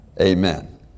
Amen